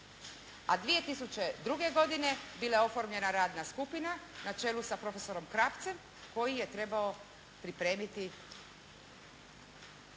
A 2002. godine bila je oformljena radna skupina na čelu sa profesorom Krapcem koji je trebao pripremiti